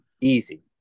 Easy